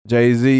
Jay-Z